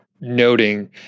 noting